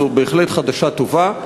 זו בהחלט חדשה טובה.